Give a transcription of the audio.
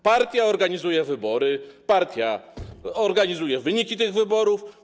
Partia organizuje wybory, partia organizuje wyniki tych wyborów.